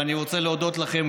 ואני רוצה להודות גם לכם,